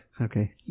Okay